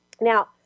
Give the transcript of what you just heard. Now